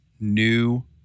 new